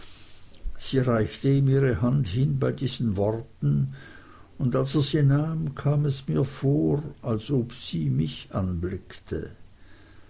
sie reichte ihm ihre hand hin bei diesen worten und als er sie nahm kam es mir vor als ob sie mich anblickte